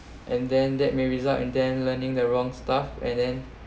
and then that may result in then learning the wrong stuff and then